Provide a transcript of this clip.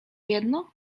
jedno